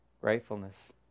gratefulness